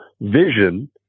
vision